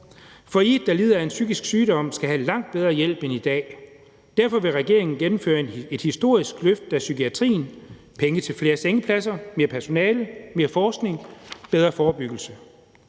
går: »I, der lider af en psykisk sygdom, skal have langt bedre hjælp, end I får i dag. Derfor vil regeringen gennemføre et historisk løft af psykiatrien. Det handler om penge til sengepladser, personale, forskning og bedre forebyggelse.«